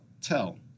tell